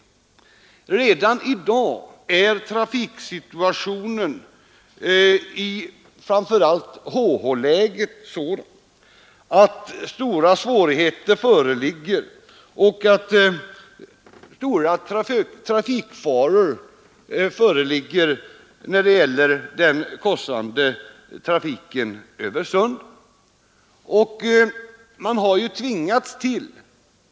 Redan i dag är trafiksituationen i framför allt HH-läget sådan att stora svårigheter och faror föreligger när det gäller den korsande trafiken över sundet.